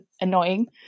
annoying